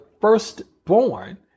firstborn